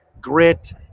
grit